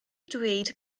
dweud